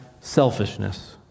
selfishness